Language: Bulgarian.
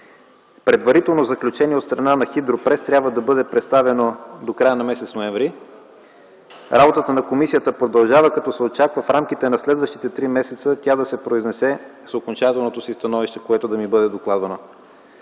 Предварително заключение от страна на „Хидропрес” трябва да бъде представено до края на м. ноември. Работата на комисията продължава, като се очаква в рамките на следващите три месеца тя да се произнесе с окончателното си становище, което да ми бъде докладвано.